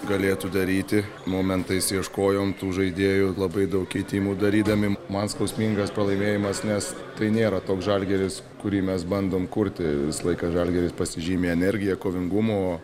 galėtų daryti momentais ieškojom tų žaidėjų ir labai daug keitimų darydami man skausmingas pralaimėjimas nes tai nėra toks žalgiris kurį mes bandom kurti visą laiką žalgiris pasižymi energija kovingumu